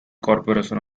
corporation